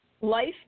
Life